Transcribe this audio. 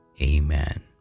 Amen